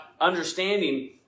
understanding